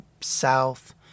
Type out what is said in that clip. South